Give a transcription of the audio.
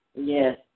Yes